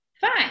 Fine